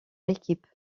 équipes